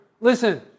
Listen